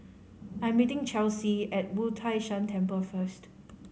I am meeting Chelsea at Wu Tai Shan Temple first